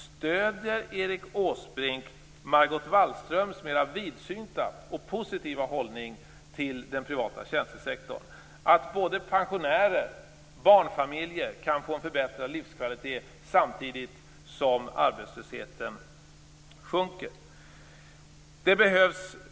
Stöder Erik Åsbrink Margot Wallströms mera vidsynta och positiva hållning till den privata tjänstesektorn, som innebär att både barnfamiljer och pensionärer kan få en förbättrad livskvalitet samtidigt som arbetslösheten sjunker? Fru talman!